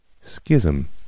schism